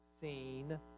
seen